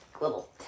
little